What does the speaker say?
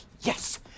Yes